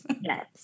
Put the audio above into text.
yes